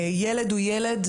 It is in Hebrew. ילד הוא ילד,